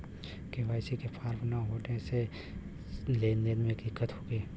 KYC के form न होले से लेन देन में दिक्कत होखी?